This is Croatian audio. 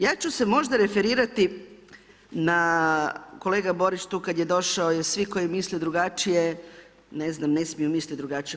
Ja ću se možda referirati na, kolega Borić tu kad je došao je svi koji misle drugačije, ne znam, ne smije misliti drugačije.